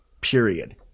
period